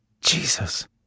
Jesus